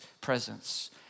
presence